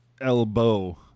elbow